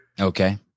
Okay